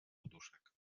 poduszek